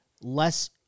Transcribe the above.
less